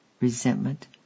resentment